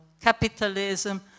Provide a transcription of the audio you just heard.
capitalism